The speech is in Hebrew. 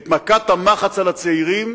את מכת המחץ על הצעירים